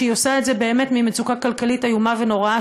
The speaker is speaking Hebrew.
שהיא עושה את זה באמת ממצוקה כלכלית איומה ונוראה,